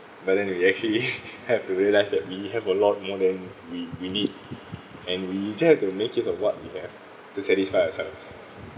but then you actually have to realise that we have a lot more than we we need and we just have to make use of what we have to satisfy ourselves